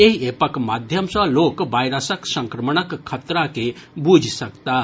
एहि एपक माध्यम सँ लोक वायरसक संक्रमणक खतरा के बुझि सकताह